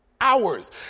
hours